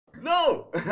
No